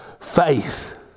faith